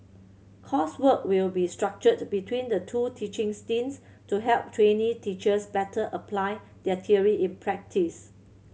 coursework will be structured between the two teaching stints to help trainee teachers better apply their theory in practice